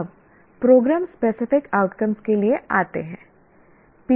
अब program specific outcomes के लिए आते हैं